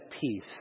peace